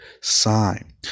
sign